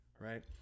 right